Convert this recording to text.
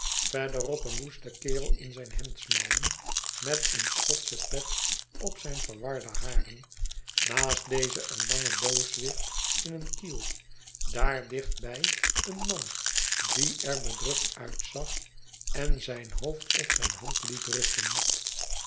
aan verderop een woeste kerel in zijn hemdsmouwen met een schotsche pet op zijn verwarde haren naast dezen een lange booswicht in een kiel daar dicht bij een man die er bedrukt uitzag en zijn hoofd op zijn hand liet rusten